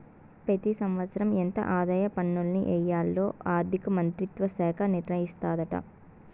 పెతి సంవత్సరం ఎంత ఆదాయ పన్నుల్ని ఎయ్యాల్లో ఆర్థిక మంత్రిత్వ శాఖ నిర్ణయిస్తాదాట